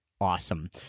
awesome